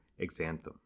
exanthem